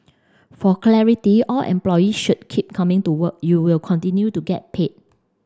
for clarity all employee should keep coming to work you will continue to get paid